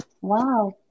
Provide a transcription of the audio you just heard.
Wow